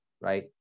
right